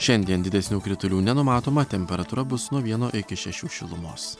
šiandien didesnių kritulių nenumatoma temperatūra bus nuo vieno iki šešių šilumos